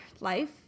life